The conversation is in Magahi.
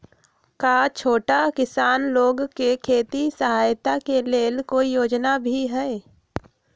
का छोटा किसान लोग के खेती सहायता के लेंल कोई योजना भी हई?